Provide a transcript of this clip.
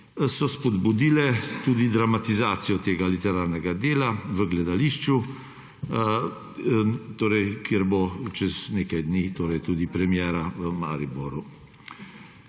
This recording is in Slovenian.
so spodbudile tudi dramatizacijo tega literarnega dela v gledališču, čez nekaj dni bo tudi premiera v Mariboru.